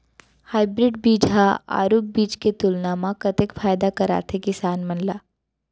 Hybrid बीज हा आरूग बीज के तुलना मा कतेक फायदा कराथे किसान मन ला?